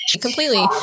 Completely